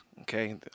Okay